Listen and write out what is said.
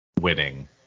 winning